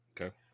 Okay